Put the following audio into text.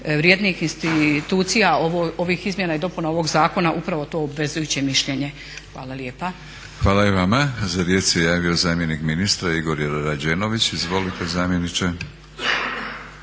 najvrednijih institucija ovih izmjena i dopuna ovog zakona je upravo to obvezujuće mišljenje. Hvala lijepa. **Batinić, Milorad (HNS)** Hvala i vama. Za riječ se javio zamjenik ministra Igor Rađenović. Izvolite zamjeniče.